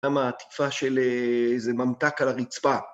גם העטיפה של איזה ממתק על הרצפה.